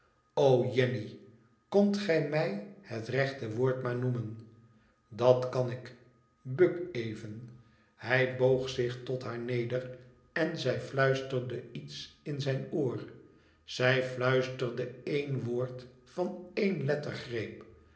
jenny i kondt gij mij het rechte woord maar noemen dat kan ik buk even hij boog zich tot haar neder en zij fluisterde iets in zijn oor zij fluisterde één woordje van ééne lettergreep